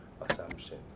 assumption